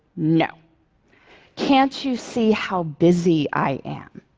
no can't you see how busy i am?